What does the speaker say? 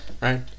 right